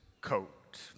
coat